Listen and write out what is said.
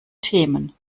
themen